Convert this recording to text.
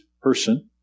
person